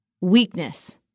weakness